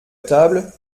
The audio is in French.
table